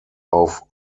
auf